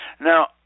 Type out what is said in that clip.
Now